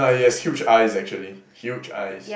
uh he has huge eyes actually huge eyes